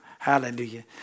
Hallelujah